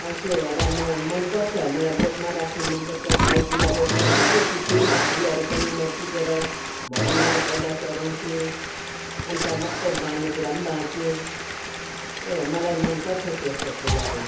अब त्यो भएर म मनपर्छ मलाई बोटमा राख्नु मनपर्छ फलफुलहरू म सबै टिप्दिनँ फुलहरू पनि म टिपेर भगवान्मा पहिला चढाउँछु अन्त मात्रै बाँड्ने कुरा पनि बाँड्छु त्यो मलाई मनपर्छ तेस्तो फुलहरू